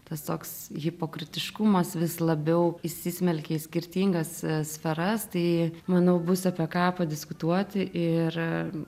tas toks hipokritiškumas vis labiau įsismelkia į skirtingas sferas tai manau bus apie ką padiskutuoti ir